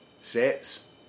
sets